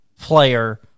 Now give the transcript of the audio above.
player